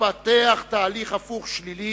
התפתח תהליך הפוך, שלילי,